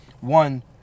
one